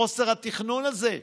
חוסר התכנון הזה.